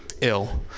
ill